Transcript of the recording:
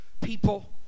people